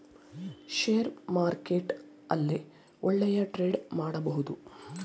share market ಅಲ್ಲೇ ಒಳ್ಳೆಯ trade ಮಾಡಬಹುದು